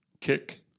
kick